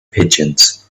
pigeons